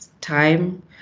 time